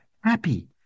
happy